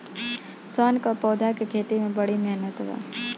सन क पौधा के खेती में बड़ी मेहनत बा